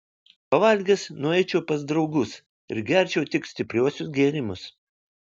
pavalgęs nueičiau pas draugus ir gerčiau tik stipriuosius gėrimus